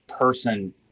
person